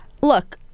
look